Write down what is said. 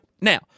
Now